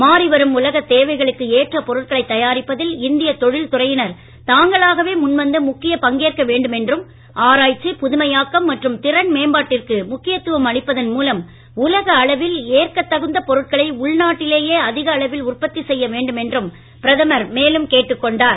மாறி வரும் உலகத் தேவைகளுக்கு ஏற்ற பொருட்களைத் தயாரிப்பதில் இந்திய தொழில் துறையினர் தாங்களாகவே முன்வந்து முக்கியப் பங்கேற்க வேண்டும் என்றும் ஆராய்ச்சி புதுமையாக்கம் மற்றும் திறன் மேம்பாட்டிற்கு முக்கியத்துவம் அளிப்பதன் மூலம் உலக அளவில் ஏற்கத் தகுந்த பொருட்களை உள்நாட்டிலேயே அதிக அளவில் உற்பத்தி செய்ய வேண்டும் என்றும் பிரதமர் மேலும் கேட்டுக் கொண்டார்